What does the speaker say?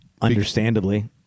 Understandably